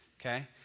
Okay